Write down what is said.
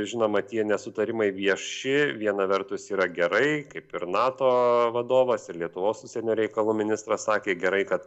žinoma tie nesutarimai vieši viena vertus yra gerai kaip ir nato vadovas ir lietuvos užsienio reikalų ministras sakė gerai kad